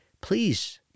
please